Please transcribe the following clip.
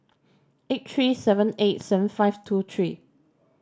eight three seven eight seven five two three